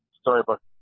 storybook